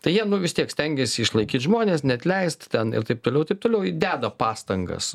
tai jie nu vis tiek stengiasi išlaikyt žmones neatleist ten ir taip toliau taip toliau deda pastangas